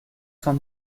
cent